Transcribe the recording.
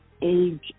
age